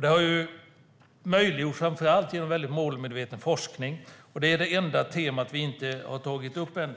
Det har gjorts möjligt framför allt genom målmedveten forskning. Det är det enda temat vi inte har tagit upp än.